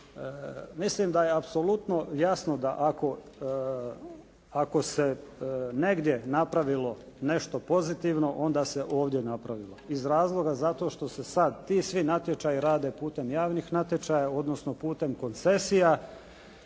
Mislim da je apsolutno jasno da ako se negdje napravilo nešto pozitivno onda se ovdje napravilo iz razloga zato što se sad ti svi natječaji rade putem javnih natječaja odnosno putem koncesija.